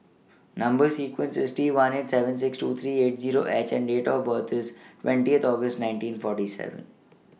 Number sequence IS T one eight seven six two three eight Zero H and Date of birth IS twentieth August nineteen forty seven